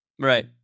Right